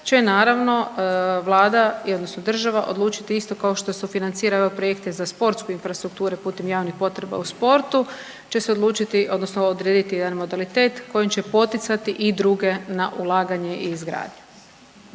će naravno vlada odnosno država odlučiti isto kao što sufinancira ove projekte za sportsku infrastrukturu putem javnih potreba u sportu će se odlučiti odnosno odrediti jedan modalitet kojim će poticati i druge na ulaganje i izgradnju.